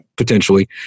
potentially